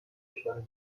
اشاره